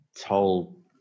told